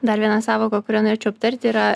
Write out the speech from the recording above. dar viena sąvoka kurią norėčiau aptarti yra